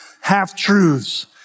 half-truths